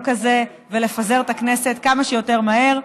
הזה ולפזר את הכנסת כמה שיותר מהר.